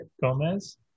gomez